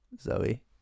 Zoe